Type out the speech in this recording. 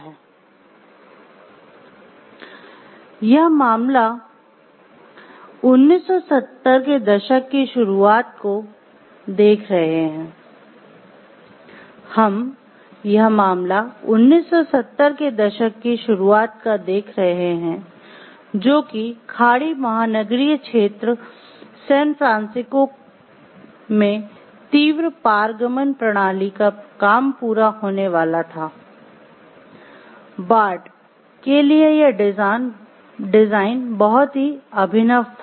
हम यह मामला 1970 के दशक की शुरुआत का देख रहे है जो कि खाड़ी महानगरीय क्षेत्र का काम पूरा होने वाला था